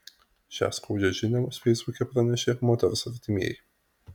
šią skaudžią žinią feisbuke pranešė moters artimieji